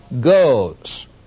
goes